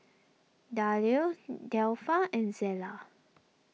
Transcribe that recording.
Dayle Delpha and Zela